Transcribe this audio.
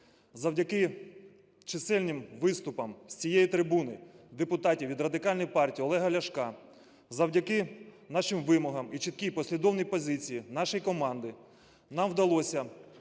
Завдяки чисельним виступам з цієї трибуни депутатів від Радикальної партії Олега Ляшка, завдяки нашим вимогам і чіткій послідовній позиції нашої команди нам вдалося,